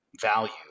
value